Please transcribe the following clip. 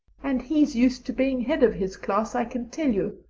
and he's used to being head of his class, i can tell you.